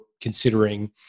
considering